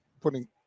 putting